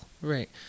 Right